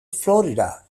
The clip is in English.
florida